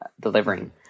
delivering